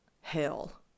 hell